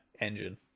engine